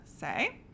say